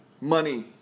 money